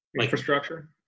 infrastructure